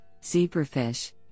Zebrafish